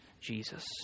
Jesus